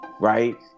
right